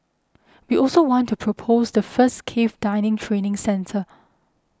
we also want to propose the first cave diving training centre